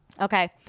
Okay